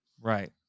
Right